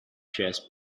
chess